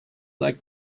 like